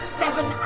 seven